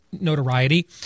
notoriety